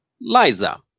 Liza